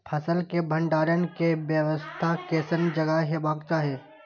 फसल के भंडारण के व्यवस्था केसन जगह हेबाक चाही?